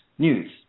news